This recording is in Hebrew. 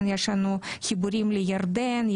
יש לנו חיבורים לירדן,